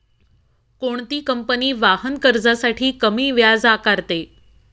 कोणती कंपनी वाहन कर्जासाठी कमी व्याज आकारते?